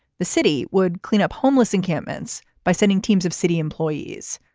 the city would clean up homeless encampments by sending teams of city employees.